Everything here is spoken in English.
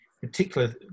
particular